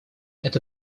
это